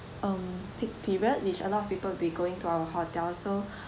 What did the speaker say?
um peak period which a lot of people be going to our hotel so